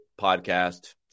podcast